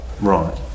Right